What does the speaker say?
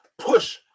Push